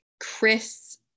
Chris